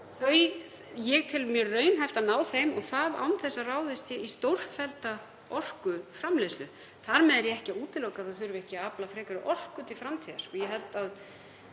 ég tel mjög raunhæft að ná þeim og það án þess að ráðist sé í stórfellda orkuframleiðslu. Þar með er ég ekki að útiloka að það þurfi að afla frekari orku til framtíðar.